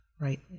right